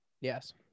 Yes